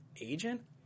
agent